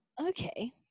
Okay